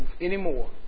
anymore